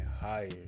higher